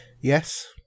Yes